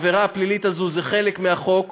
העבירה הפלילית הזאת זה חלק מהחוק.